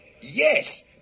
Yes